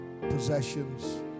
possessions